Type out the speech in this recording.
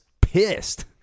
pissed